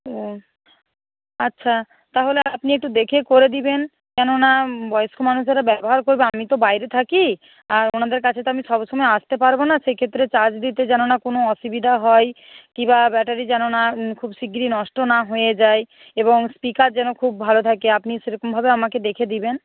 ওহ আচ্ছা তাহলে আপনি একটু দেখে করে দিবেন কেন না বয়স্ক মানুষেরা ব্যবহার করবে আমি তো বাইরে থাকি আর ওনাদের কাছে তো আমি সব সময় আসতে পারবো না সেক্ষেত্রে চার্জ দিতে যেন না কোনো অসুবিধা হয় কিবা ব্যাটারি যেন খুব শিগগিরি নষ্ট না হয়ে যায় এবং স্পিকার যেন খুব ভালো থাকে আপনি সেরকমভাবে আমাকে দেখে দিবেন